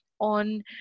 on